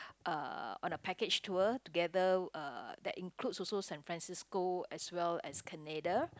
uh on a package tour together uh that includes also San-Francisco as well as Canada